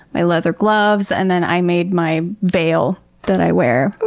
my leather gloves, and then i made my veil that i wear. ooooh!